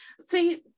See